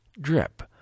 drip